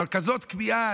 אבל כזאת כמיהה?